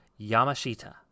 yamashita